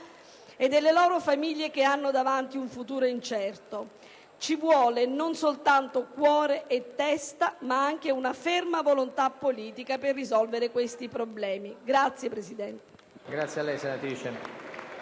e delle loro famiglie che hanno davanti un futuro incerto. Ci vogliono non soltanto cuore e testa, ma anche una ferma volontà politica per risolvere questi problemi. *(Applausi